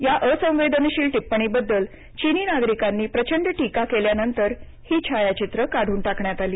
या असंवेदनशील टिपण्णीबद्दल चिनी नागरिकांनी प्रचंड टीका केल्यानंतर ही छायाचित्र काढून टाकण्यात आली